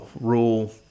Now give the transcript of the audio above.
rule